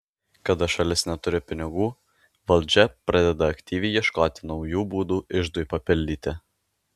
kada šalis neturi pinigų valdžia pradeda aktyviai ieškoti naujų būdų iždui papildyti